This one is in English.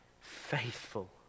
Faithful